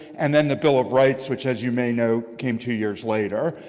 and then the bill of rights, which as you may know came two years later.